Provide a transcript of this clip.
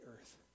earth